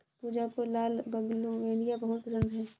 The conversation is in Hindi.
पूजा को लाल बोगनवेलिया बहुत पसंद है